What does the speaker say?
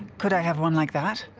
could i have one like that?